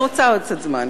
אני רוצה עוד קצת זמן, כן.